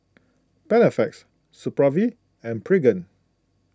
Panaflex Supravit and Pregain